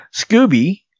Scooby